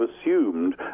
assumed